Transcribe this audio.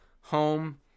home